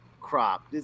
crop